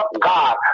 God